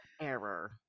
error